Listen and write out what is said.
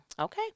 okay